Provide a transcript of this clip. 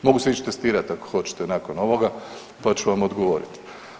Mogu se ići testirat, ako hoćete, nakon ovoga pa ću vam odgovoriti.